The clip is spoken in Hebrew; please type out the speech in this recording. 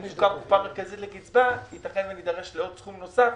אם תוקם קופה מרכזית לקצבה ייתכן ונידרש לעוד סכום נוסף.